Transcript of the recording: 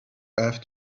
have